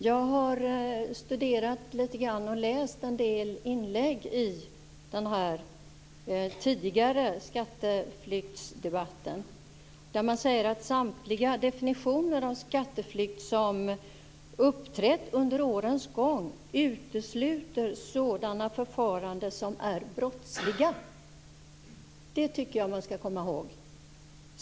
Jag har studerat en del inlägg i den tidigare skatteflyktsdebatten, där man säger att samtliga definitioner av skatteflykt som uppträtt under årens gång utesluter sådana förfaranden som är brottsliga. Det tycker jag att man skall komma ihåg.